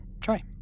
try